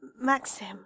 Maxim